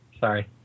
Sorry